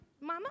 mama